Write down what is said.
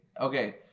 okay